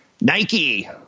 Nike